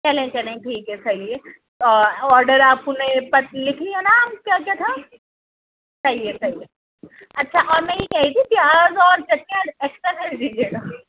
چلیں چلیں ٹھیک ہے صحیح ہے اور آرڈر آپ کو میرے پتے لکھ لیا نام کیا کیا تھا صحیح ہے صحیح ہے اچھا اب میں یہ کہہ رہی تھی کہ پیاز اور چٹنیاں ایکسٹرا کر دیجئے گا